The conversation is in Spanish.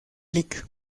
lic